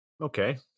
Okay